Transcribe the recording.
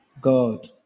God